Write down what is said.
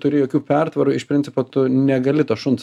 turi jokių pertvarų iš principo tu negali to šuns